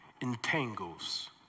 entangles